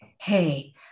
hey